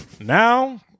Now